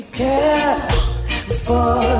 careful